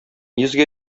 йөзгә